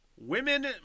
Women